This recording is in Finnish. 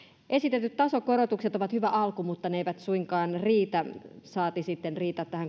esitetyt tasokorotukset ovat hyvä alku mutta ne eivät suinkaan riitä saati sitten riitä tähän